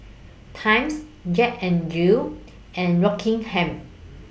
Times Jack N Jill and Rockingham